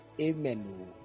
Amen